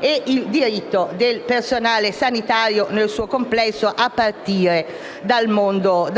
e il diritto del personale sanitario nel suo complesso, a partire dal mondo